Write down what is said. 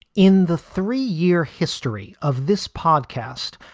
in the three year history of this podcast,